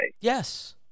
Yes